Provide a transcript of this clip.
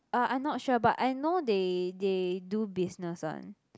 uh I'm not sure but I know they they do business one